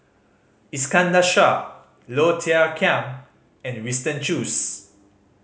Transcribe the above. Iskandar Shah Low Thia Khiang and Winston Choos